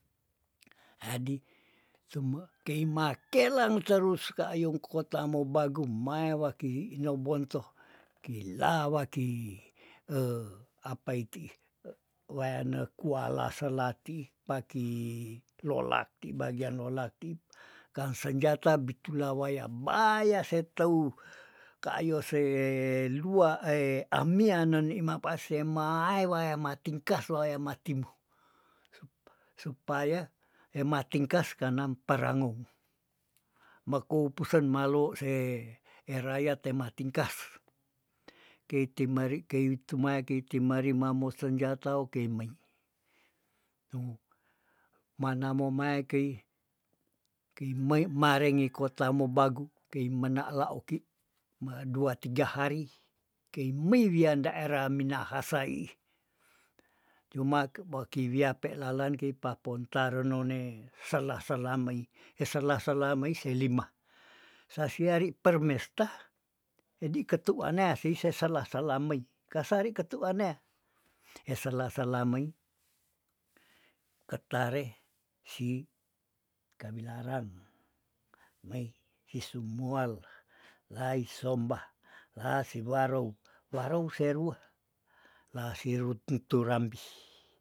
Hadi sume kei makelang terus ka ayong kotamobagu mae wakihi inobonto kila waki apa itiih e weane kuala selatiih paki lolak di bagian lolak tip kan senjata bitula wayam baya se teu kayo se lua amia neni mapase ma aewaya matingka swaya matimo, sup- supaya hematingkas kanam perangou, mekou pusen malo se erayat tematingkas kei timeri kei witumaya keiti mari mamo senjata okeimei tung mana mo maya kei- kei mei marenge kotamobagu kei menala oki medua tiga hari kei mewian daerah minahasaiih cuma ke boki wiape lalen kei papontar none sela- sela mei eh sela- sela mei selima sasiari permesta jadi katu wanea sih se selah- salah mei ka sari katu wanea he selah- selah mei ketareh si kamilarang meih si sumual lai sombah lasiwarou- warou seruah la sirut tenturambi.